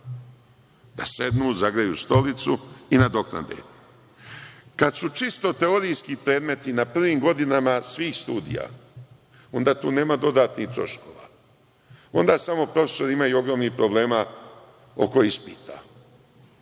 da sednu, zagreju stolicu i nadoknade. Kada su čisto teorijski predmeti na prvim godinama svih studija, onda tu nema dodatnih troškova, onda samo profesori imaju ogromnih problema oko ispita,